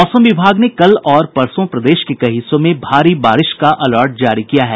मौसम विभाग ने कल और परसों प्रदेश के कई हिस्सों में भारी बारिश का अलर्ट जारी किया है